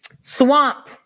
swamp